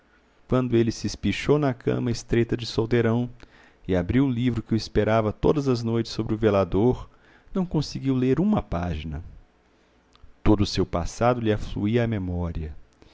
quando ele se espichou na cama estreita de solteirão e abriu o livro que o esperava todas as noites sobre o velador não conseguiu ler uma página todo o seu passado lhe afluía à memória